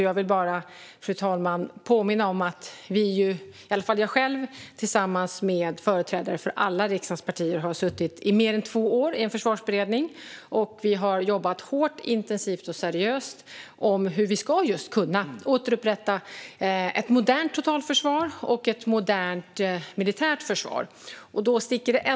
Jag vill, fru talman, påminna om att jag själv tillsammans med företrädare för alla riksdagens partier har suttit i mer än två år i en försvarsberedning och jobbat hårt, intensivt och seriöst när det gäller hur vi just ska kunna återupprätta ett modernt totalförsvar och ett modernt militärt försvar.